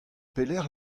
pelecʼh